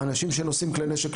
שהאנשים שנושאים כלי נשק,